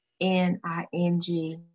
N-I-N-G